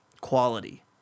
quality